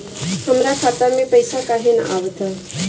हमरा खाता में पइसा काहे ना आव ता?